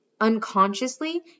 unconsciously